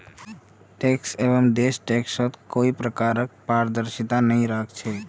tax haven देश टैक्सत कोई प्रकारक पारदर्शिता नइ राख छेक